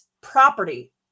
property